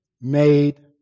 made